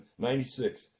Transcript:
96